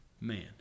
man